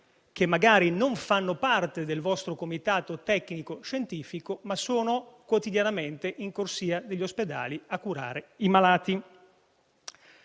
che magari non fanno parte del vostro comitato tecnico-scientifico ma sono quotidianamente in corsia negli ospedali a curare i malati.